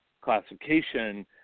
classification